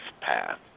path